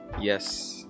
Yes